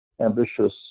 ambitious